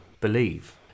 believe